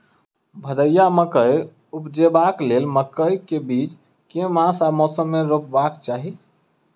भदैया मकई उपजेबाक लेल मकई केँ बीज केँ मास आ मौसम मे रोपबाक चाहि?